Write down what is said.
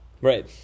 right